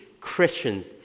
Christians